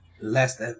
Last